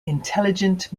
intelligent